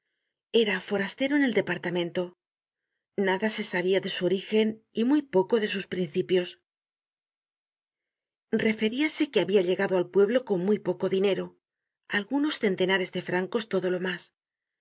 era forastero en el departamento nada se sabia de su origen y muy poco de sus principios referíase que habia llegado al pueblo con muy poco dinero algunos centenares de francos todo lo mas